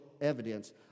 evidence